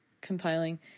compiling